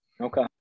Okay